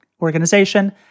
organization